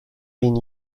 been